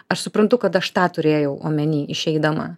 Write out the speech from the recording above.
aš suprantu kad aš tą turėjau omeny išeidama